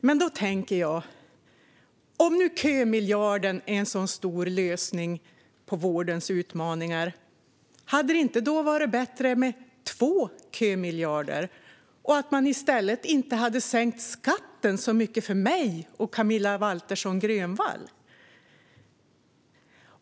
Men då tänker jag att om nu kömiljarden är en så stor lösning på vårdens utmaningar, hade det då inte varit bättre med två kömiljarder och att man inte hade sänkt skatten så mycket för mig och Camilla Waltersson Grönvall?